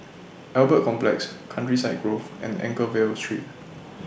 Albert Complex Countryside Grove and Anchorvale Street